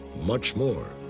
much more.